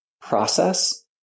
process